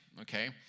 okay